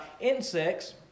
insects